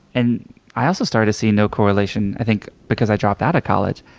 and i also started to see no correlation i think because i dropped out of college,